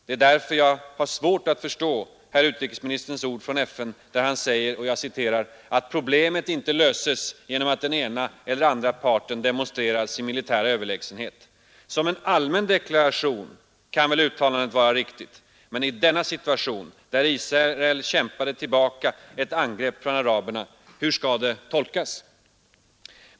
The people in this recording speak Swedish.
Det är därför jag har svårt att förstå herr utrikesministerns ord från FN, där han säger att ”problemet inte löses genom att den ena eller andra parten demonstrerar sin militära överlägsenhet”. Som en allmän deklaration kan väl uttalandet vara riktigt, men i denna situation — där Israel kämpade tillbaka ett angrepp från araberna — hur skall det tolkas?